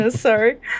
sorry